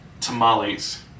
tamales